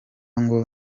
ngo